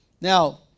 Now